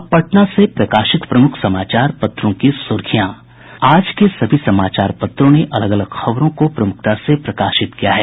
अब पटना से प्रकाशित प्रमुख समाचार पत्रों की सुर्खियां आज के सभी समाचार पत्रों अलग अलग खबरों को प्रमूखता से प्रकाशित किया है